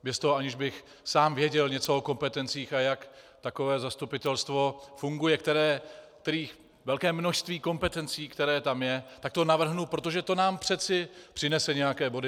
Bez toho, aniž bych sám věděl něco o kompetencích, a jak takové zastupitelstvo funguje, velké množství kompetencí, které tam je, tak to navrhnu, protože to nám přeci přinese nějaké body.